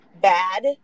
bad